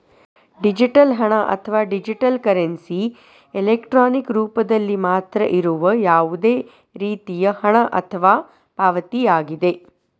digital ಹಣ, ಅಥವಾ digital currency, electronic ರೂಪದಲ್ಲಿ ಮಾತ್ರ ಇರುವ ಯಾವುದೇ ರೇತಿಯ ಹಣ ಅಥವಾ ಪಾವತಿಯಾಗಿದೆ